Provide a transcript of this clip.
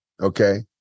okay